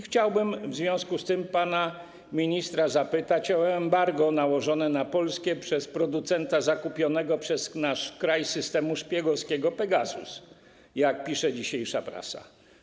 Chciałbym w związku z tym pana ministra zapytać o embargo nałożone na Polskę przez producenta zakupionego przez nasz kraj systemu szpiegowskiego Pegasus, o czym pisze dzisiejsza prasa.